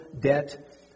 debt